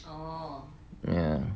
ya